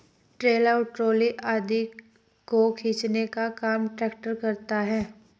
trailer और trolley आदि को खींचने का काम ट्रेक्टर करता है